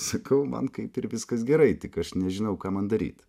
sakau man kaip ir viskas gerai tik aš nežinau ką man daryt